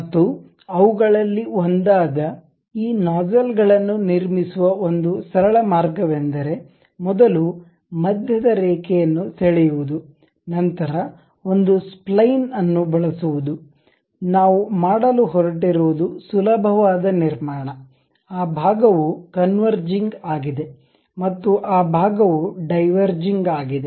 ಮತ್ತು ಅವುಗಳಲ್ಲಿ ಒಂದಾದ ಈ ನೋಜ್ಝಲ್ಗಳನ್ನು ನಿರ್ಮಿಸುವ ಒಂದು ಸರಳ ಮಾರ್ಗವೆಂದರೆ ಮೊದಲು ಮಧ್ಯದ ರೇಖೆಯನ್ನು ಸೆಳೆಯುವುದು ನಂತರ ಒಂದು ಸ್ಪ್ಲೈನ್ ಅನ್ನು ಬಳಸುವುದು ನಾವು ಮಾಡಲು ಹೊರಟಿರುವುದು ಸುಲಭವಾದ ನಿರ್ಮಾಣ ಆ ಭಾಗವು ಕನ್ವರ್ಜಿಂಗ್ ಆಗಿದೆ ಮತ್ತು ಆ ಭಾಗವು ಡೈವರ್ಜಿಂಗ್ ಆಗಿದೆ